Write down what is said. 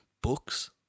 books